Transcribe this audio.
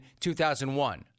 2001